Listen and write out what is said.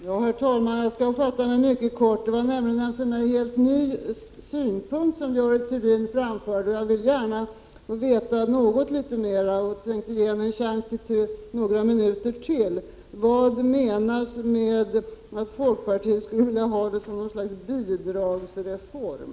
Herr talman! Jag skall fatta mig mycket kort. Det var en för mig helt ny synpunkt som Görel Thurdin framförde. Jag vill gärna få veta något litet mer — och ge henne en chans att utveckla den synpunkten några minuter till. Vad menas med att folkpartiet skulle vilja ha något slags bidragsreform?